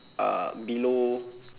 uh below